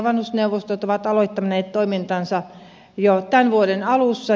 vanhusneuvostot ovat aloittaneet toimintansa jo tämän vuoden alussa